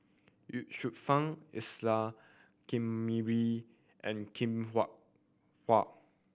Ye Shufang Isa Kamari and Hwee Hua